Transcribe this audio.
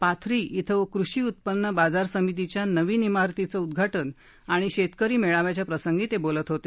पाथरी इथं कृषी उत्पन्न बाजार समितीच्या नवीन इमारतीचं उदघाटन आणि शेतकरी मेळाव्याप्रसंगी ते बोलत होते